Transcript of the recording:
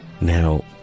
Now